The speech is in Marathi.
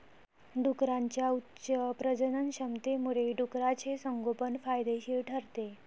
डुकरांच्या उच्च प्रजननक्षमतेमुळे डुकराचे संगोपन फायदेशीर ठरते